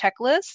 checklist